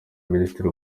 minisitiri